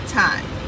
time